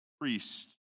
priest